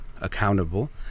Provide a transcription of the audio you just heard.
accountable